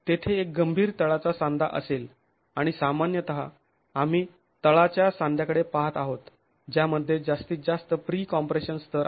तेथे एक गंभीर तळाचा सांधा असेल आणि सामान्यता आम्ही तळाच्या सांध्याकडे पाहत आहोत ज्यामध्ये जास्तीत जास्त प्री कॉम्प्रेशन स्तर आहे